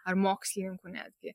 ar mokslininkų netgi